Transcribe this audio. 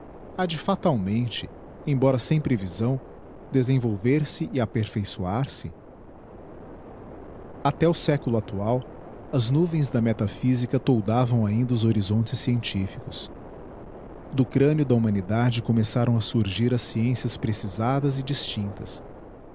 ha de fatalmente embora sem previsão desenvolver-se e aperfeiçoar se até o século actual as nuvens da metaphysica toldavam ainda os horizontes scientificos do craneo da humanidade começaram a surgir as sciencias precisadas e distinctas